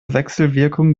wechselwirkung